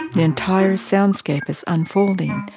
the entire soundscape is unfolding,